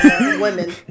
women